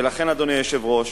ולכן, אדוני היושב-ראש,